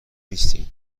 نیستیم